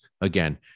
Again